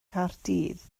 caerdydd